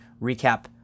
Recap